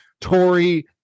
Tory